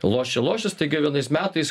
lošia lošia staiga vienais metais